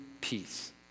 peace